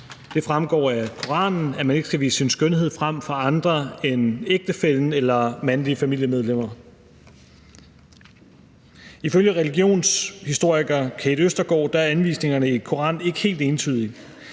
Det fremgår af Koranen, at man ikke skal vise sin skønhed frem for andre end ægtefællen eller mandlige familiemedlemmer. Ifølge religionshistoriker Kate Østergaard er anvisningerne i Koranen ikke helt entydige.